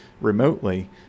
remotely